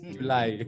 July